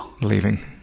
leaving